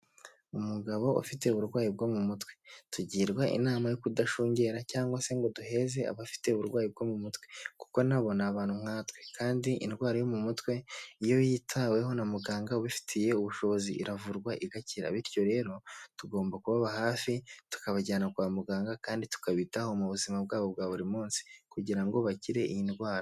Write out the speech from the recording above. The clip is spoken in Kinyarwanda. Umugabo ufite uburwayi bwo mu mutwe. Tugirwa inama yo kudashungera cyangwa se ngo duheze abafite uburwayi bwo mu mutwe, kuko nabona abantu nkatwe, kandi indwara yo mu mutwe iyo yitaweho na muganga ubifitiye ubushobozi iravurwa igakira bityo rero tugomba kubaba hafi tukabajyana kwa muganga kandi tukabitaho mu buzima bwabo bwa buri munsi kugira ngo bakire iyi ndwara.